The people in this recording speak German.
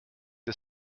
der